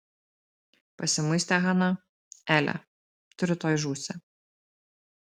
pasimuistė hana ele tu rytoj žūsi